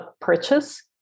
purchase